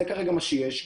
זה כרגע מה שיש,